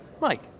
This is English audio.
Mike